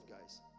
guys